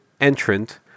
entrant